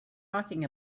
talking